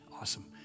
Awesome